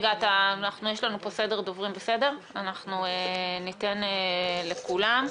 יש לנו פה סדר דוברים, אנחנו ניתן לכולם.